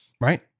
Right